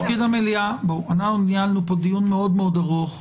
ניהלנו דיון מאוד ארוך.